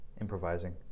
improvising